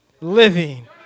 living